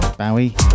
Bowie